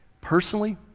personally